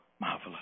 marvelous